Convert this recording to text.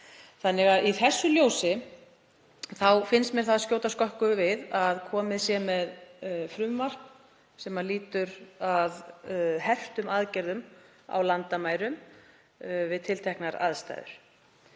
veiruna. Í þessu ljósi finnst mér það skjóta skökku við að lagt sé fram frumvarp sem lýtur að hertum aðgerðum á landamærum við tilteknar aðstæður.